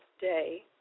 day